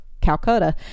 Calcutta